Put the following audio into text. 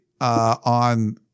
on